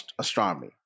astronomy